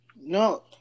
No